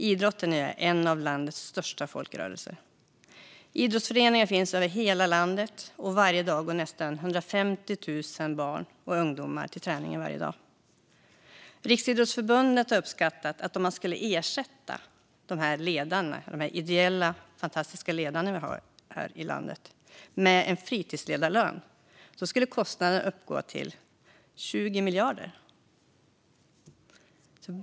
Idrotten är en av landets största folkrörelser. Idrottsföreningarna finns över hela landet, och varje dag går nästan 150 000 barn och ungdomar till träningen. Riksidrottsförbundet har uppskattat att om man skulle ersätta de ideella, fantastiska ledare vi har i vårt land med en fritidsledarlön skulle kostnaden uppgå till 20 miljarder.